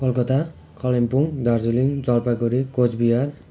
Kolkata Kalimpong Darjeeling Jalpaiguri Cooch Bihar